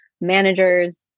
managers